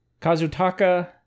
kazutaka